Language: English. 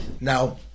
Now